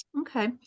Okay